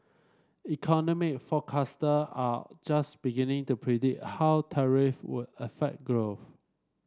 economic forecaster are just beginning to predict how tariff would affect growth